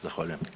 Zahvaljujem.